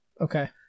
Okay